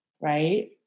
right